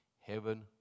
heaven